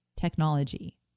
technology